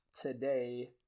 today